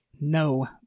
no